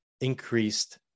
increased